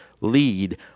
lead